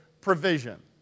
provision